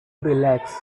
relax